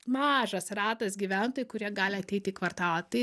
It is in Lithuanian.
mažas ratas gyventojų kurie gali ateiti į kvartalą tai